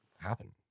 happen